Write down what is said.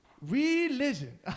Religion